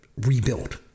rebuilt